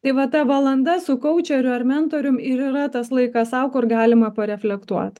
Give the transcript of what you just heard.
tai va ta valanda su koučeriu ar mentorium ir yra tas laikas sau kur galima pareflektuot